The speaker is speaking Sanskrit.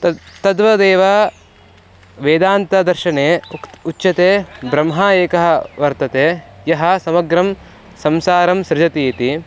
तद् तद्वदेव वेदान्तदर्शने उक्त् उच्यते ब्रह्मा एकः वर्तते यः समग्रं संसारं सृजति इति